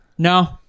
No